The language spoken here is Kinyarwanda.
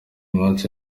munsi